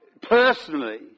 personally